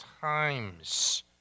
times